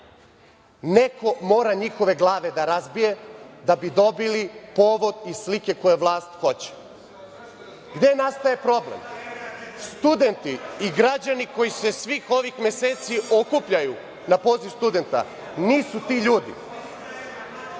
Neko mora njihove glave da razbije, da bi dobili povod i slike koje vlast hoće. Gde nastaje problem? Studenti i građani koji se svih ovih meseci okupljaju na poziv studenata nisu ti ljudi.